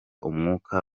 umwuka